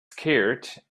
scared